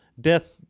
death